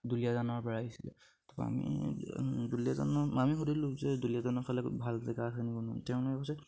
দুলীয়াজানৰ পৰা আহিছিলে তাপা আমি দুলীয়াজানো আমি সুধিলোঁ যে দুলীয়াজানৰ ফালে ভাল জেগাখিনি তেওঁলোকে কৈছে